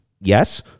yes